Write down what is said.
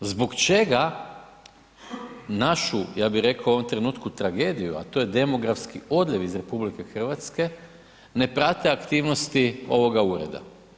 Zbog čega našu ja bih rekao u ovom trenutku tragediju a to je demografski odljev iz RH ne prate aktivnosti ovoga ureda?